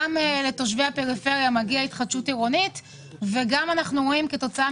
מגיעה גם לתושבי הפריפריה וגם אנחנו רואים שיש הרבה